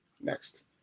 Next